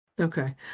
okay